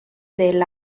del